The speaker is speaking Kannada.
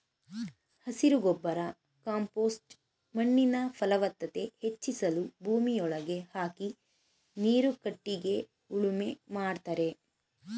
ಹಸಿರು ಗೊಬ್ಬರ ಕಾಂಪೋಸ್ಟ್ ಮಣ್ಣಿನ ಫಲವತ್ತತೆ ಹೆಚ್ಚಿಸಲು ಭೂಮಿಯೊಳಗೆ ಹಾಕಿ ನೀರು ಕಟ್ಟಿಗೆ ಉಳುಮೆ ಮಾಡ್ತರೆ